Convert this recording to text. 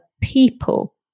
people